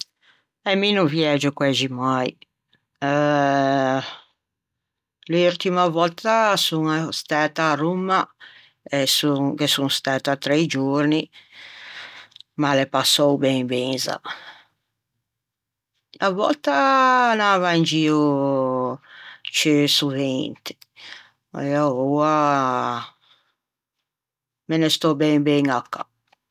E mi no viægio quæxi mai, l'urtima vòtta son stæta à Romma e son ghe son stæta trei giorni ma l'é passou ben ben za. Unna vòtta anava in gio ciù sovente e oua me ne stò ben ben à cà.